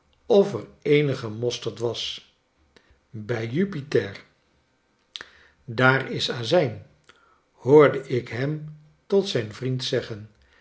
of er eenige mosterd was by jupiter daar is azijn hoorde ik hem tot zijn vriend zeggen